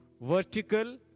vertical